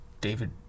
David